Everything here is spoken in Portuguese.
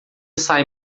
sai